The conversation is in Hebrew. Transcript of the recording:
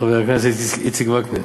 חבר הכנסת איציק וקנין,